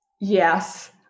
yes